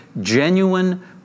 genuine